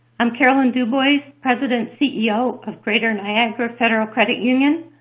i'm carolyn dubois, president ceo of greater niagara federal credit union.